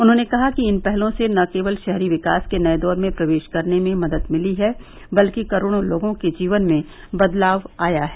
उन्होंने कहा कि इन पहलों से न केवल शहरी विकास के नए दौर में प्रवेश करने में मदद मिली है बल्कि करोड़ों लोगों के जीवन में बदलाव आया है